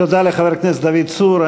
תודה לחבר הכנסת דוד צור.